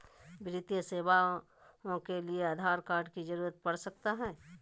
वित्तीय सेवाओं के लिए आधार कार्ड की जरूरत पड़ सकता है?